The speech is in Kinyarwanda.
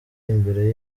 imbere